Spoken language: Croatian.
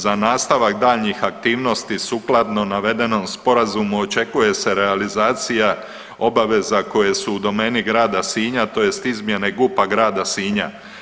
Za nastavak daljnjih aktivnosti sukladno navedenom sporazumu očekuje se realizacija obaveza koje su u domeni grada Sinja, tj. izmjene GUP-a grada Sinja.